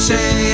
say